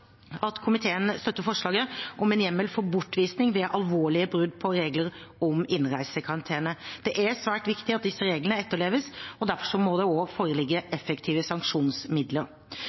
at komiteen støtter forslaget om en hjemmel for bortvisning ved alvorlige brudd på regler om innreisekarantene. Det er svært viktig at disse reglene etterleves, og derfor må det også foreligge effektive sanksjonsmidler.